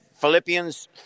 Philippians